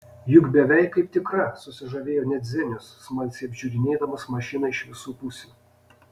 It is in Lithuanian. juk beveik kaip tikra susižavėjo net zenius smalsiai apžiūrinėdamas mašiną iš visų pusių